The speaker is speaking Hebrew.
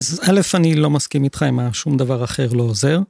אז אלף, אני לא מסכים איתך עם ה- שום דבר אחר לא עוזר.